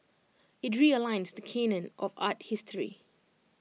IT realigns the Canon of art history